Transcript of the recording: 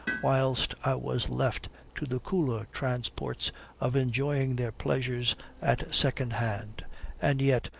whilst i was left to the cooler transports of enjoying their pleasures at second-hand and yet,